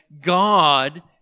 God